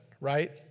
right